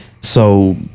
so-